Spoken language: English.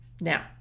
Now